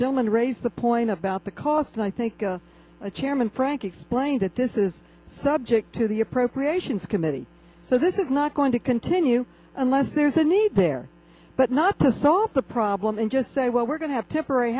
gentleman raised the point about the cost and i think the chairman frank explained that this is subject to the appropriations committee so this is not going to continue unless there's a need there but not to solve the problem and just say well we're going to have temporary